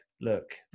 look